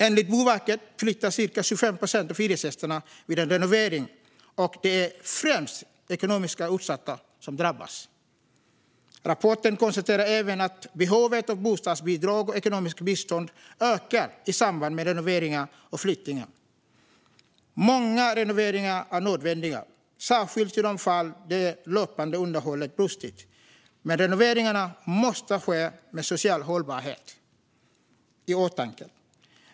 Enligt Boverket flyttar cirka 25 procent av hyresgästerna vid en renovering, och det är främst ekonomiskt utsatta som drabbas. Rapporten konstaterar även att behovet av bostadsbidrag och ekonomiskt bistånd ökar i samband med renoveringar och flyttningar. Många renoveringar är nödvändiga, särskilt i de fall där det löpande underhållet har brustit, men renoveringarna måste ske med social hållbarhet i åtanke.